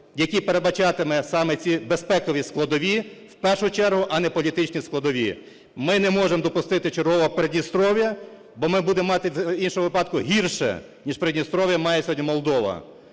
який передбачатиме саме ці безпекові складові в першу чергу, а не політичні складові. Ми не можемо допустити чергового Придністров'я, бо м будемо мати в іншому випадку гірше, ніж Придністров'я має сьогодні Молдова.